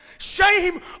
Shame